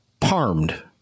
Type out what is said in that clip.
parmed